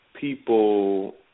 people